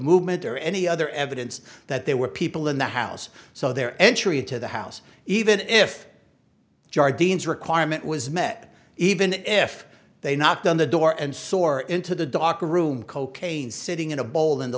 movement or any other evidence that there were people in the house so their entry into the house even if jar dean's requirement was met even if they knocked on the door and soar into the dark room cocaine sitting in a bowl in the